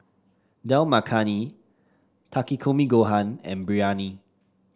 Dal Makhani Takikomi Gohan and Biryani